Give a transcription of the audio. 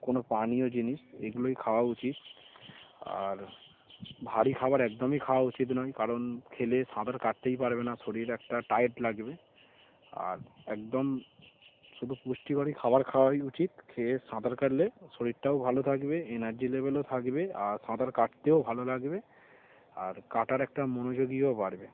কোনো পানীয় জিনিস এগুলোই খাওয়া উচিত আর ভারী খাবার একদমই খাওয়া উচিত নয় কারণ খেলে সাঁতার কাটতেই পারবে না শরীর একটা টাইট লাগবে আর একদম শুধু পুষ্টিকর খাবার খাওয়াই উচিত খেয়ে সাঁতার কাটলে শরীরটাও ভালো থাকবে এনার্জি লেভেলও থাকবে আর সাঁতার কাটতেও ভালো লাগবে আর কাটার একটা মনোযোগও বাড়বে